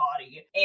body